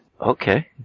Okay